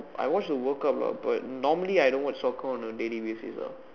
I watch the world cup lah but normally I don't watch soccer on a daily basis ah